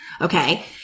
Okay